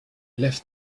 left